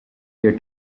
year